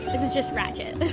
this is just ratchet but